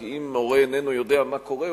כי אם הורה איננו יודע מה קורה,